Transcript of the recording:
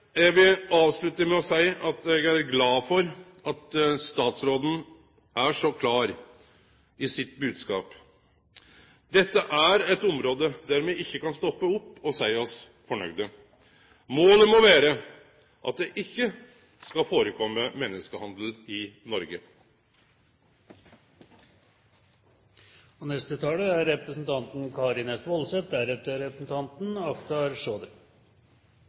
Eg vil avslutte med å seie at eg er glad for at statsråden er så klar i bodskapen sin. Dette er eit område der me ikkje kan stoppe opp og seie oss fornøgde. Målet må vere at det ikkje skal førekome menneskehandel i